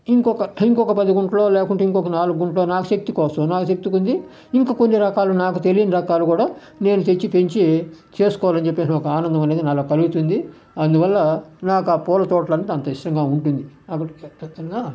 ఇంకొక ఇంకొక పది గుంట్లో లేకుంటే ఇంకొక నాలుగు గుంట్లో పెట్టుకోచ్చు నా శక్తి కొద్ది ఇంకా కొన్ని రకాలు నాకు తెలియని రకాలు కూడా నేను తెచ్చి పెంచి చేసుకోవాలని చెప్పేసి ఒక ఆనందమనేది నాలో కలుగుతుంది అందువల్ల నాకు ఆ పూల తోట్లు అంత ఇష్టంగా ఉంటుంది